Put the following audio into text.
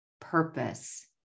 purpose